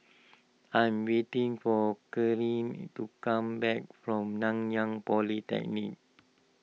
I am waiting for Kerri to come back from Nanyang Polytechnic